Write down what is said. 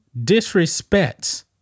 disrespects